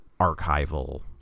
archival